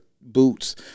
boots